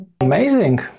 amazing